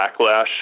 backlash